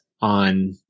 on